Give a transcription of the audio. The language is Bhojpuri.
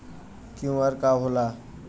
क्यू.आर का होला?